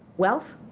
wealth?